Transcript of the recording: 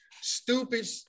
stupid